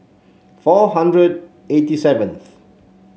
four hundred eighty seventh